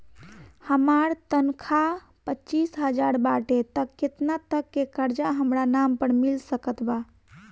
हमार तनख़ाह पच्चिस हज़ार बाटे त केतना तक के कर्जा हमरा नाम पर मिल सकत बा?